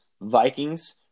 Vikings